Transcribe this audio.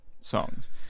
songs